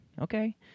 okay